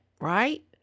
right